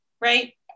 right